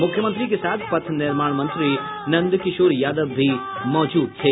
मुख्यमंत्री के साथ पथ निर्माण मंत्री नंदकिशोर यादव भी मौजूद थे